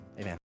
Amen